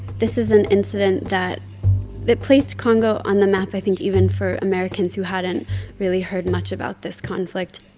this is an incident that that placed congo on the map, i think, even for americans who hadn't really heard much about this conflict